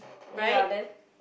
ya then